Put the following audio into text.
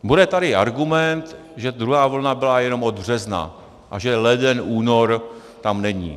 Bude tady argument, že druhá vlna byla jenom od března a že leden, únor tam není.